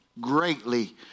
greatly